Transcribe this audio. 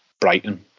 Brighton